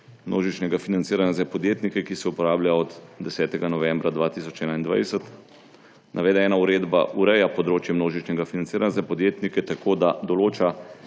množičnega financiranja za podjetnike, ki se uporablja od 10. novembra 2021. Navedena uredba ureja področje množičnega financiranja za podjetnike tako, da določa